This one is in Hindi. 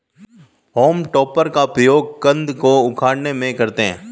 होम टॉपर का प्रयोग कन्द को उखाड़ने में करते हैं